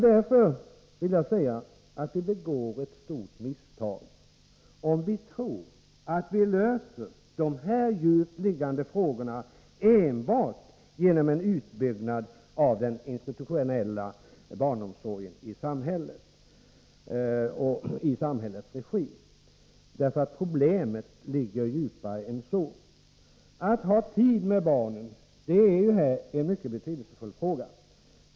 Därför vill jag säga att vi begår ett stort misstag om vi tror att vi löser dessa djupt liggande problem enbart genom en utbyggnad av den institutionella barnomsorgen i samhällets regi. Problemen ligger djupare än så. Att ha tid med barn är en mycket betydelsefullt.